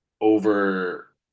over